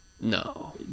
no